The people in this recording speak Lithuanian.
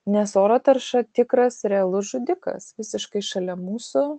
nes oro tarša tikras realus žudikas visiškai šalia mūsų